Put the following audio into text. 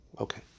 okay